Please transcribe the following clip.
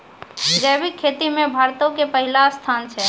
जैविक खेती मे भारतो के पहिला स्थान छै